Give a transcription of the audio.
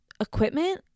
equipment